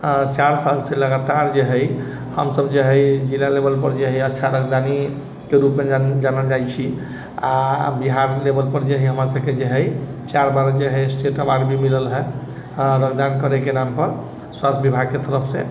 चारि सालसँ लगातार जे हइ हमसब जे हइ जिला लेवलपर जे हइ अच्छा रक्त दानीके रूपमे जानल जाइ छी आओर बिहार लेवलपर जे हइ हमर सबके जे हइ चारि बार जे हइ स्टेट अवार्ड भी मिलल हइ आओर रक्तदान करैके नामपर स्वास्थ्य विभागके तरफसँ